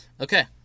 Okay